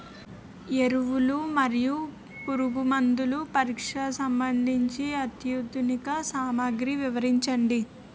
ఎరువులు మరియు పురుగుమందుల పరీక్షకు సంబంధించి అత్యాధునిక సామగ్రిలు వివరించండి?